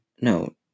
no